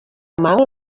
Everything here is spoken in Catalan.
mal